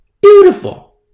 beautiful